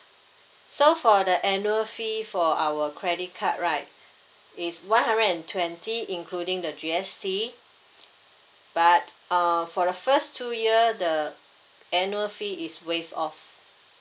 so for the annual fee for our credit card right is one hundred and twenty including the G_S_T but uh for the first two year the annual fee is waived off